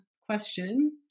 question